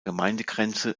gemeindegrenze